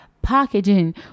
packaging